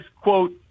quote